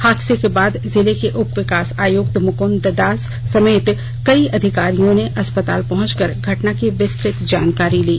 हादसे के बाद जिले के उपविकास आयुक्त मुकुंद दास समेत कई अधिकारियों ने अस्पताल पहुंच कर घटना की विस्तृत जानकारी ली